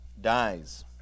dies